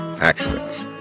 accidents